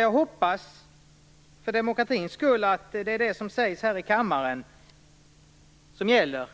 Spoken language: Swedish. Jag hoppas för demokratins skull att det är det som sägs här i kammaren som gäller.